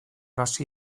hasi